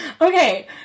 Okay